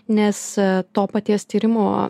nes to paties tyrimo